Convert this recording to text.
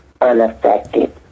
unaffected